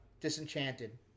Disenchanted